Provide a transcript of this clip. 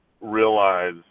realize